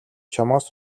чамаас